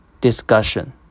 Discussion